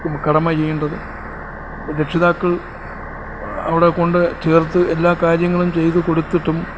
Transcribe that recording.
കടമ ചെയ്യേണ്ടത് രക്ഷിതാക്കൾ അവിടെക്കൊണ്ട് ചേർത്ത് എല്ലാകാര്യങ്ങളും ചെയ്ത് കൊടുത്തിട്ടും